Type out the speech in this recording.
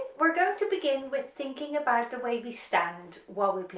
we're going to begin with thinking about the way we stand while we play